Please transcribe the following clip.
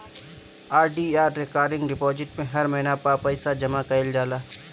RD या recurring deposit में हर महिना पअ पईसा जमा कईल जाला